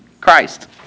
Christ